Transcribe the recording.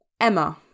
Emma